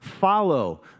follow